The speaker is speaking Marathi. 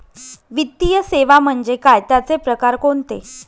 वित्तीय सेवा म्हणजे काय? त्यांचे प्रकार कोणते?